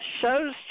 shows